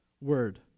word